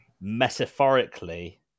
metaphorically